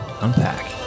unpack